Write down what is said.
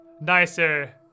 nicer